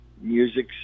music